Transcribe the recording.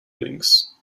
links